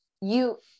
You-